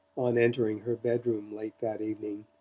on entering her bedroom late that evening,